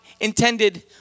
intended